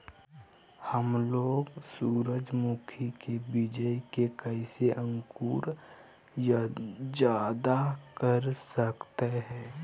हमलोग सूरजमुखी के बिज की कैसे अंकुर जायदा कर सकते हैं?